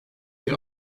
bir